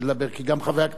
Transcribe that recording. כי גם חבר הכנסת טיבי,